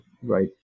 right